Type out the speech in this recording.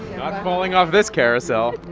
not falling off this carousel